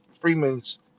Freeman's